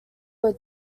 were